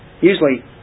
Usually